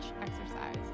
exercise